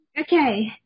okay